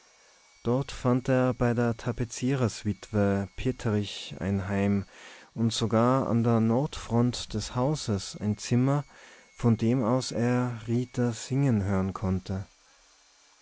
dort fand er bei der tapeziererswitwe petterich ein heim und sogar an der nordfront des hauses ein zimmer von dem aus er rita singen hören konnte